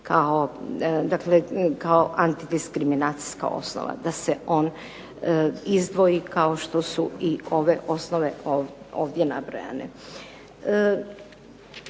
kao antidiskriminacijska osnova, da se on izdvoji kao što su i ove osnove ovdje nabrojane.